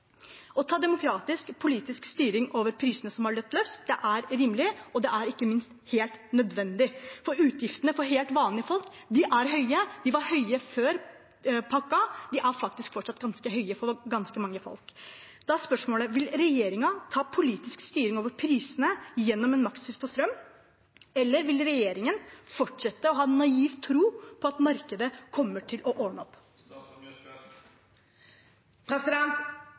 Å ta demokratisk, politisk styring over prisene som har løpt løpsk, er rimelig, og det er ikke minst helt nødvendig, for utgiftene for helt vanlige folk er høye. De var høye før pakken, og de er fortsatt høye for ganske mange folk. Da er spørsmålet: Vil regjeringen ta politisk styring over prisene gjennom en makspris på strøm, eller vil regjeringen fortsette å ha en naiv tro på at markedet kommer til å ordne opp?